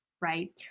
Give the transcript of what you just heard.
right